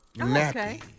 Okay